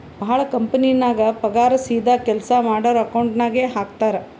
ಭಾಳ ಕಂಪನಿನಾಗ್ ಪಗಾರ್ ಸೀದಾ ಕೆಲ್ಸಾ ಮಾಡೋರ್ ಅಕೌಂಟ್ ನಾಗೆ ಹಾಕ್ತಾರ್